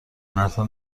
مردها